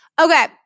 Okay